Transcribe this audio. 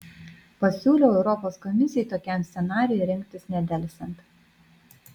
pasiūliau europos komisijai tokiam scenarijui rengtis nedelsiant